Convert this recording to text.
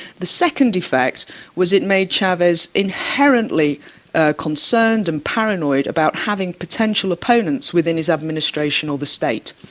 the second effect was it made chavez inherently concerned and paranoid about having potential opponents within his administration or the state.